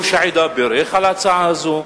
ראש העדה בירך על ההצעה הזאת.